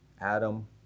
Adam